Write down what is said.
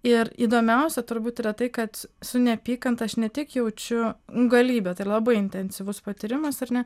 ir įdomiausia turbūt yra tai kad su su neapykanta aš ne tik jaučiu galybę tai labai intensyvus patyrimas ar ne